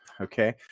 Okay